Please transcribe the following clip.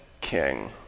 king